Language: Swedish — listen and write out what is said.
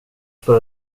för